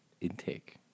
intake